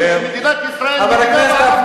אומרים שמדינת ישראל היא מדינה מערבית,